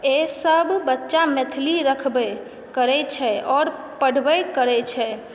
एहिसभ बच्चा मैथिली रखबै करैत छै आओर पढ़बे करैत छै